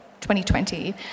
2020